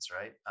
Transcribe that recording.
right